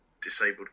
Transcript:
disabled